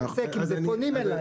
אני מתעסק עם זה, פונים אלי.